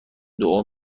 دعا